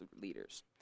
leaders